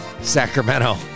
sacramento